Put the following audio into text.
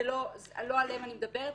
לא עליהן אני מדברת.